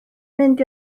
mynd